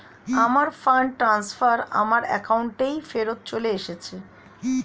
আমার fund transfer আমার অ্যাকাউন্টেই ফেরত চলে এসেছে